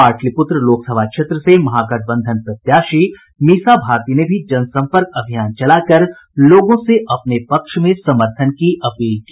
पाटलिपुत्र लोकसभा क्षेत्र से महागठबंधन प्रत्याशी मीसा भारती ने भी जन सम्पर्क अभियान चलाकर लोगों से अपने पक्ष में समर्थन की अपील की